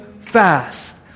fast